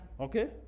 okay